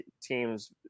teams